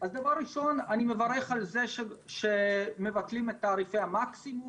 אז דבר ראשון אני מברך על זה שמבטלים את תעריפי המקסימום,